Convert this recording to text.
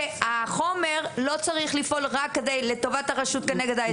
החומר לא צריך לפעול רק לטובת הרשות נגד האזרח,